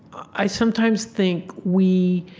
i sometimes think we,